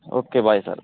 okay bye sir